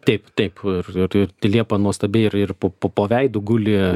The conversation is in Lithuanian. taip taip ir ir liepa nuostabi ir ir po po po veidu guli